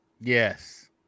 Yes